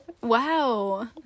wow